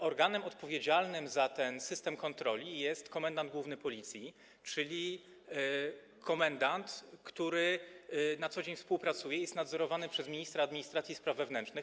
Organem odpowiedzialnym za ten system kontroli jest komendant główny Policji, czyli komendant, który na co dzień współpracuje, jest nadzorowany przez ministra administracji i spraw wewnętrznych.